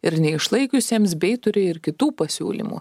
ir neišlaikiusiems bei turi ir kitų pasiūlymų